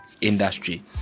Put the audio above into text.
industry